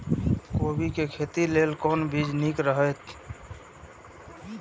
कोबी के खेती लेल कोन बीज निक रहैत?